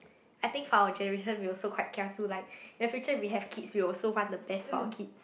I think for our generation we also quite kiasu like in the future we have kids we will also want the best for our kid